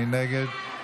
מי נגד?